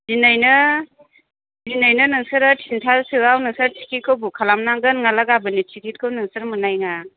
दिनैनो दिनैनो नोंसोरो थिनथासोयाव नोंसोर थिखिटखौ बुख खालामनांगोन नङाब्ला गाबोननि थिखिटखौ नोंसोर मोननाय नङा